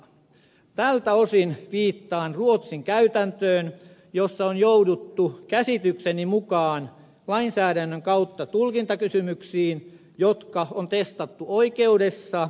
tältä osin viittaan ruotsin käytäntöön jossa on jouduttu käsitykseni mukaan lainsäädännön kautta tulkintakysymyksiin jotka on testattu oikeudessa